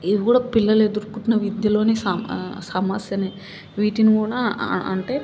ఇది కూడా పిల్లలు ఎదుర్కొంటున్న విద్యలోని స సమస్యనే వీటిని కూడా అంటే